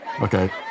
Okay